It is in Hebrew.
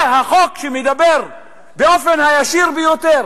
זה החוק שמדבר באופן הישיר ביותר